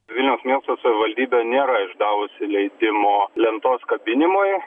vilniaus miesto savivaldybė nėra išdavusi leidimo lentos kabinimui